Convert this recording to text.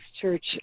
Church